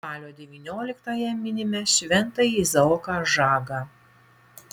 spalio devynioliktąją minime šventąjį izaoką žagą